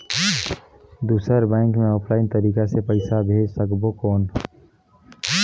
दुसर बैंक मे ऑफलाइन तरीका से पइसा भेज सकबो कौन?